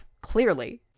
clearly